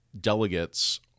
delegates